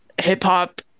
hip-hop